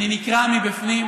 אני נקרע מבפנים,